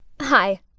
Hi